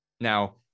now